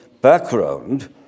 background